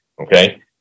okay